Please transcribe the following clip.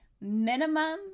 Minimum